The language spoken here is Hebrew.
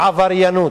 בעבריינות,